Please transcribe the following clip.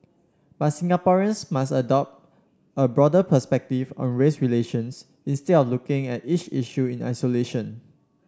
but Singaporeans must adopt a broader perspective on race relations instead of looking at each issue in isolation